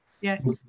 Yes